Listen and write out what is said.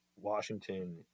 Washington